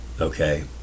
okay